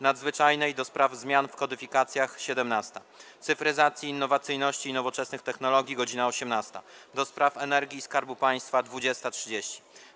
Nadzwyczajnej do spraw zmian w kodyfikacjach - godz. 17, - Cyfryzacji, Innowacyjności i Nowoczesnych Technologii - godz. 18, - do Spraw Energii i Skarbu Państwa - godz. 20.30.